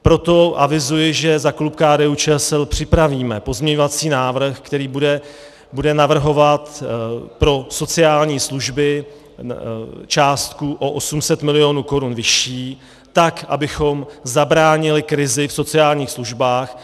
Proto avizuji, že za klub KDUČSL připravíme pozměňovací návrh, který bude navrhovat pro sociální služby částku o 800 milionů korun vyšší, tak abychom zabránili krizi v sociálních službách.